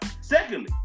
Secondly